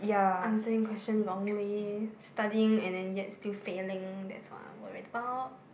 answering question wrongly studying and then yet still failing that's what I worried about